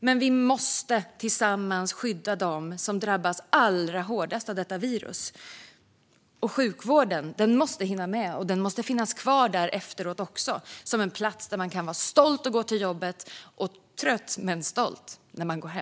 Men vi måste tillsammans skydda dem som drabbas allra hårdast av detta virus. Sjukvården måste hinna med, och den måste finnas kvar även efteråt som en plats där man är stolt över att gå till jobbet och trött men stolt när man går hem.